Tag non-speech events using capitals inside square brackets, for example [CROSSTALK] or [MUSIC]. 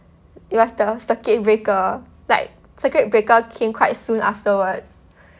it was the circuit breaker like circuit breaker came quite soon afterwards [BREATH]